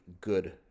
good